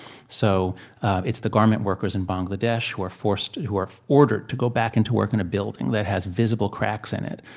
so it's the garment workers in bangladesh who are forced, who are ordered, to go back in to work in a building that has visible cracks in it.